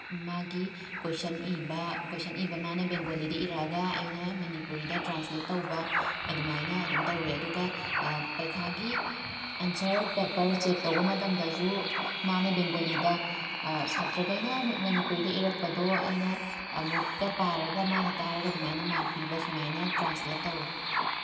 ꯃꯥꯒꯤ ꯀꯣꯏꯁꯟ ꯏꯕ ꯃꯥꯅ ꯕꯦꯡꯒꯣꯂꯤꯗ ꯏꯔꯛꯑꯒ ꯑꯩꯅ ꯃꯅꯤꯄꯨꯔꯤꯗ ꯇ꯭ꯔꯥꯟꯁꯂꯦꯠ ꯇꯧꯕ ꯑꯗꯨꯃꯥꯏꯅ ꯑꯗꯨꯝ ꯇꯧꯔꯦ ꯑꯗꯨ ꯄꯩꯈꯥꯒꯤ ꯑꯦꯟꯁꯔ ꯄꯦꯄꯔ ꯆꯦꯛ ꯇꯧꯕ ꯃꯇꯝꯗꯁꯨ ꯃꯥꯅ ꯕꯦꯡꯒꯣꯂꯤꯗ ꯁꯥꯇ꯭ꯔꯒꯩꯅ ꯃꯅꯤꯄꯨꯔꯤꯗ ꯏꯔꯛꯄꯗꯣ ꯑꯩꯅ ꯑꯃꯨꯛꯀ ꯄꯥꯔꯒ ꯃꯥꯅ ꯇꯥꯔꯒ ꯑꯗꯨꯃꯥꯏꯅ ꯃꯥꯛ ꯄꯤꯕ ꯁꯨꯃꯥꯏꯅ ꯇ꯭ꯔꯥꯟꯁꯂꯦꯠ ꯇꯧꯋꯤ